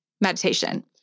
meditation